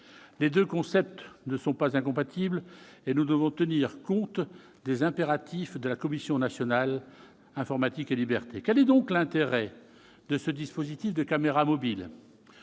Les deux concepts ne sont pas incompatibles, et nous devons tenir compte des impératifs de la Commission nationale de l'informatique et des libertés, la CNIL. Quel est donc l'intérêt de ce dispositif de caméras mobiles ?